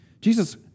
Jesus